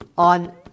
on